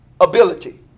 ability